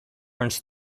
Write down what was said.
runs